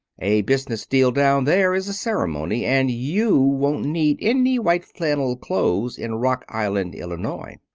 a business deal down there is a ceremony. and you won't need any white-flannel clothes in rock island, illinois.